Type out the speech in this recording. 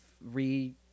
re-